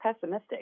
pessimistic